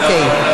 אוקיי.